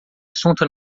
assunto